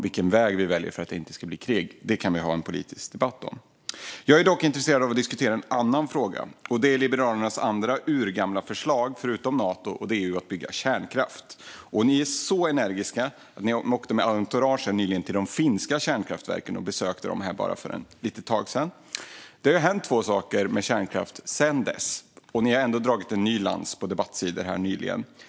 Vilken väg vi sedan väljer för att det inte ska bli krig kan vi ha en politisk debatt om. Jag är dock intresserad av att diskutera en annan fråga, nämligen Liberalernas andra urgamla förslag, förutom det om Nato: att bygga kärnkraft. Ni är så energiska. För bara ett litet tag sedan åkte ni med entourage och besökte de finska kärnkraftverken. Det har sedan dess hänt två saker när det gäller kärnkraft, och ändå har ni nyligen dragit en ny lans på debattsidor.